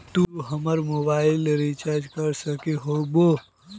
तू हमर mobile recharge कर सके होबे की?